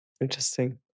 Interesting